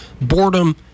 boredom